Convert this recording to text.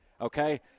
okay